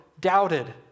doubted